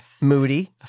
moody